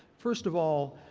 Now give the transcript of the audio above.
first of all,